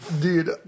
dude